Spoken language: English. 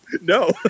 no